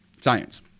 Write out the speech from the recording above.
science